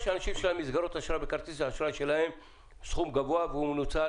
יש אנשים שמסגרות האשראי בכרטיס האשראי שלהם הוא בסכום גבוה והוא מנוצל